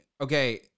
Okay